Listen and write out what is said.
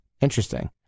Interesting